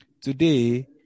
today